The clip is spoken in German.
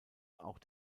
auch